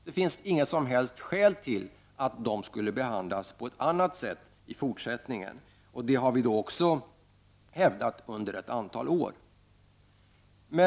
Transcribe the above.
Det finns inget som helst skäl till att de skulle behandlas på något annat sätt i fortsättningen. Det har vi också hävdat under ett antal år.